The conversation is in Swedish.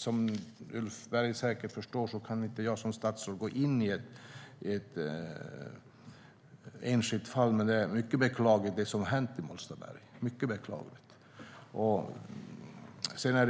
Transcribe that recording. Som Ulf Berg säkert förstår kan jag som statsråd inte gå in på ett enskilt fall, men det som har hänt i Molstaberg är mycket beklagligt. Rovdjursangrepp